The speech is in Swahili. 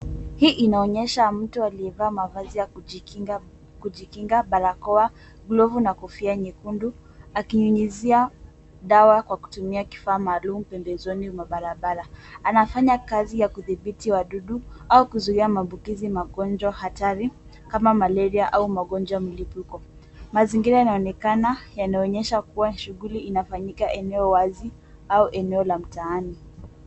Hii inaonyesha mtu aliyevaa mavazi ya kujikinga, barakoa, glovu na kofia nyekundu akinyunyuzia dawa kwa kutumia kifaa maalum pembezoni mwa barabara. Anafanya kazi ya kudhibiti wadudu au kuzuia maambukizi magonjwa hatari kama Malaria au magonjwa mlipuko. Mazingira yanaonekana yanaonyesha kuwa shughuli inafanyika eneo wazi au eneo la mtaani.